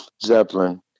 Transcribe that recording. Zeppelin